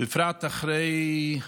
בפרט אחרי,